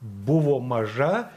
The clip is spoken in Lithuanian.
buvo maža